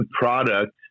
product